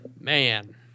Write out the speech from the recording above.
man